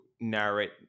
narrate